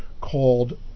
called